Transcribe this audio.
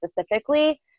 specifically